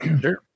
sure